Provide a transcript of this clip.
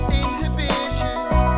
inhibitions